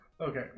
Okay